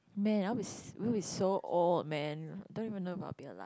man I'd be we'd be so old man don't even know if I'll be alive